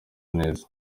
neza